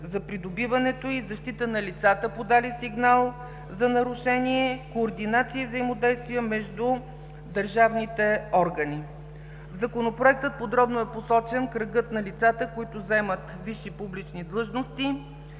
за придобиването, и защита на лицата, подали сигнал за нарушение, координация и взаимодействие между държавните органи. В Законопроекта подробно е посочен кръгът на лицата, които заемат висши публични длъжности.